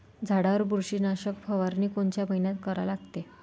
झाडावर बुरशीनाशक फवारनी कोनच्या मइन्यात करा लागते?